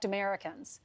AMERICANS